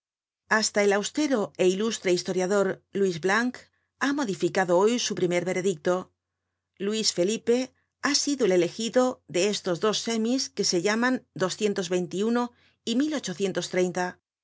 hasta el austero é ilustre historiador luis blanc ha modificado hoy su primer veredicto luis felipe ha sido el elegido de estos dos semis que se llaman y es